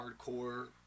hardcore